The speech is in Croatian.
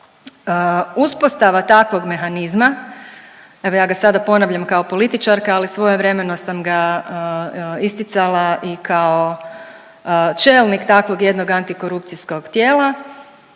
Uspostava takvog mehanizma, evo ja ga sada ponavljam kao političarka, ali svojevremeno sam ga isticala i kao čelik takvog jednog antikorupcijskog tijela,